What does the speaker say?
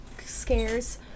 scares